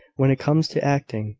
when it comes to acting,